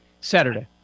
Saturday